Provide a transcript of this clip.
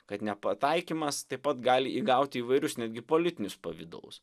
kad nepataikymas taip pat gali įgauti įvairius netgi politinius pavidalus